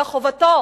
אלא חובתם